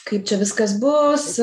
kaip čia viskas bus